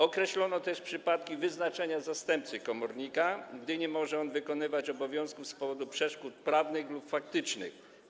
Określono też przypadki wyznaczania zastępcy komornika, gdy nie może on wykonywać obowiązków z powodu przeszkód prawnych lub faktycznych.